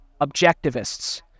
objectivists